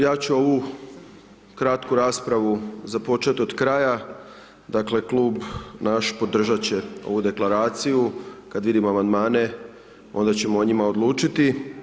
Ja ću ovu kratku raspravu započeti od kraja, dakle Klub naš podržati će ovu deklaraciju, kada vidimo amandmane, onda ćemo o njima odlučiti.